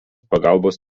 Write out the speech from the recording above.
pagalbos